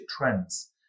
trends